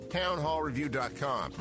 townhallreview.com